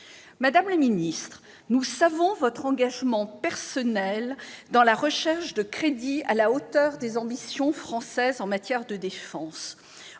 Madame la ministre, nous savons votre engagement personnel dans la recherche de crédits à la hauteur des ambitions françaises en matière de défense,